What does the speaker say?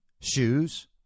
shoes